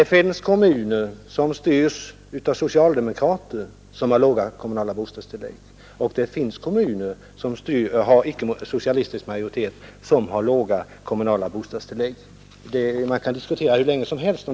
Det finns kommuner styrda av socialdemokrater där de kommunala bostadstilläggen är låga, och det finns kommuner med icke-socialistisk majoritet som har låga kommunala bostadstillägg. Den saken kan man diskutera om hur mycket som helst.